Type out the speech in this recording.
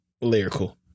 lyrical